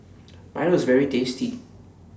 Milo IS very tasty